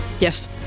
Yes